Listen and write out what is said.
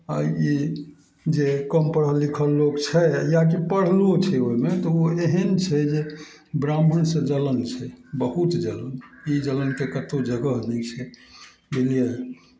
आ ई जे कम पढ़ल लिखल लोक छै या कि पढ़लो छै ओइमे तऽ ओ एहन छै जे ब्राह्मण से जलन छै बहुत जलन ई जलनके कतौ जगह नै छै बुझलियै